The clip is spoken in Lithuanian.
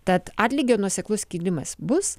tad atlygio nuoseklus kilimas bus